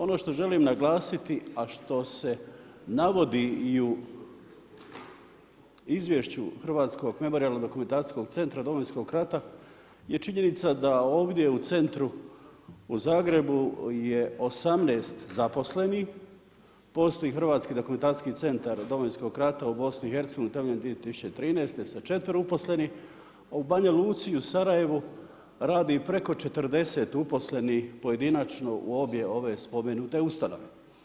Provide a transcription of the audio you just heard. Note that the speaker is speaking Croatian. Ono što želim naglasiti a što se navodi i u izvješću Hrvatskog memorijalnog-dokumentacijskog centra Domovinskog rata je činjenica da ovdje u centru u Zagrebu je 18 zaposlenih, postoji Hrvatski dokumentacijski centar Domovinskog rata u BiH-u utemeljen 2013. sa 4 uposlenih, u Banja Luci i u Sarajevu radi preko 40 uposlenih pojedinačno u obje ove spomenute ustanove.